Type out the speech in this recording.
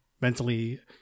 mentally